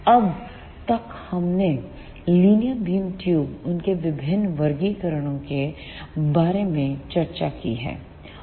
अब तक हमने लीनियर बीम ट्यूबों उनके विभिन्न वर्गीकरणों के बारे में चर्चा की है